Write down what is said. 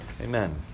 Amen